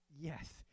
yes